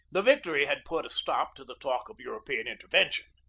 the victory had put a stop to the talk of european intervention.